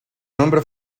nombre